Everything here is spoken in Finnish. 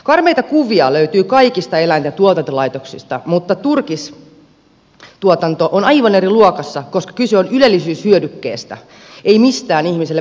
karmeita kuvia löytyy kaikista eläinten tuotantolaitoksista mutta turkistuotanto on aivan eri luokassa koska kyse on ylellisyyshyödykkeestä ei mistään ihmiselle välttämättömästä